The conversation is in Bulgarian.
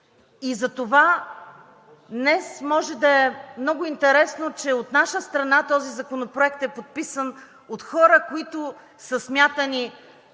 Затова днес може да е много интересно, че от наша страна този законопроект е подписан от хора, които са смятани